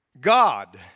God